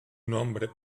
nombre